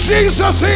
Jesus